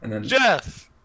Jeff